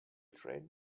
train